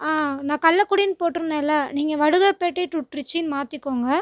ஆமாம் நான் கல்லக்குடினு போட்டுருந்தேன்ல நீங்கள் வடுகர்பேட்டை டு ட்ரிச்சினு மாற்றிக்கோங்க